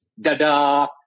da-da